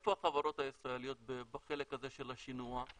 איפה החברות הישראליות בחלק הזה של השינוע?